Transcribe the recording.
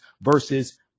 versus